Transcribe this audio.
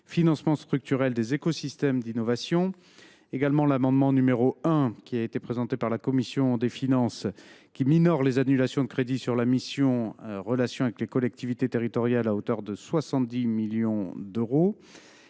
Financement structurel des écosystèmes d’innovation ». L’amendement n° 1, présenté par la commission des finances, tend à minorer les annulations de crédit sur la mission « Relations avec les collectivités territoriales » à hauteur de 70 millions d’euros.